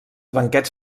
banquets